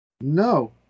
No